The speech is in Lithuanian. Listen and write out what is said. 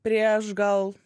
prieš gal